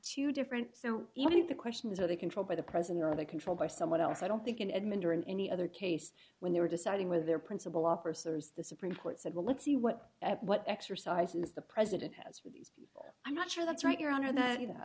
two different so even if the question is are they controlled by the president or are they controlled by someone else i don't think in admin during any other case when they were deciding with their principal officers the supreme court said well let's see what at what exercises the president has i'm not sure that's right your honor that